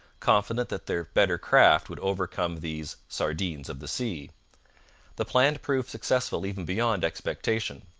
confident that their better craft would overcome these sardines of the sea the plan proved successful even beyond expectation,